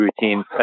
routine